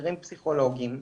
חסרים פסיכולוגים.